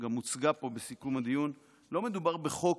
שגם הוצגה פה בסיכום הדיון, לא מדובר בחוק